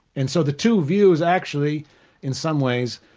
and so the two views actually in some ways,